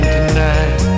tonight